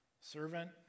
Servant